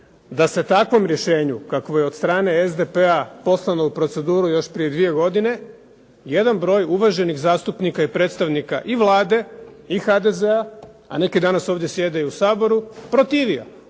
da se takvom rješenju kakvo je od strane SDP-a poslano u proceduru još prije 2 godine jedan broj uvaženih zastupnika i predstavnika i Vlade i HDZ-a, a neki danas ovdje sjede i u Saboru, protivio